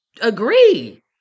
agree